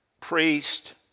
priest